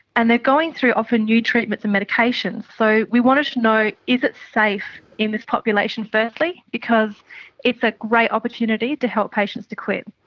and they are going through often new treatments and medications, so we wanted to know is it safe in this population, firstly, because it's a great opportunity to help patients to quit.